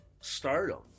stardom